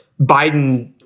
Biden